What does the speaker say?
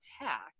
attack